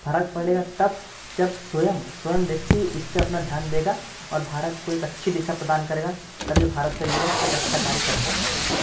फरक पड़ेगा तब जब स्वयं स्वयं व्यक्ति इस पर अपना ध्यान देगा और भारत को एक अच्छी दिशा प्रदान करेगा तब ये भारत का युवा एक अच्छा कार्य कर पाएगा